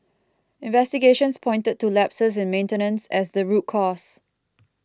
investigations pointed to lapses in maintenance as the root cause